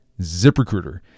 ZipRecruiter